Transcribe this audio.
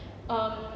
um